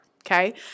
Okay